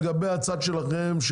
לגבי הצד שלכם,